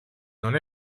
non